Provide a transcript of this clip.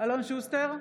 אלון שוסטר,